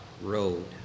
road